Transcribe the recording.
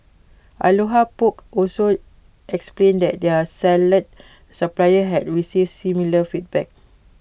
aloha poke also explained that their salad supplier had received similar feedback